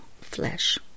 flesh